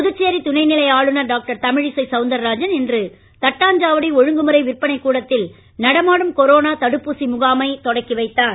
புதுச்சேரி துணை நிலை ஆளுனர் டாக்டர் தமிழிசை சவுந்தராஜன் இன்று தட்டாஞ்சாவடி ஒழுங்குமுறை விற்பனை கூடத்தில் நடமாடும் கொரோனா தடுப்பூசி முகாமைத் தொடங்கி வைத்தார்